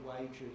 wages